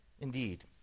Indeed